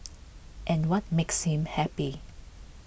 and what makes him happy